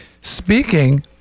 speaking